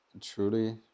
truly